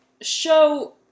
show